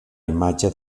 imatge